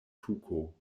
tuko